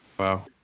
Wow